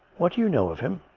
what do you know of him